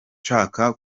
nshaka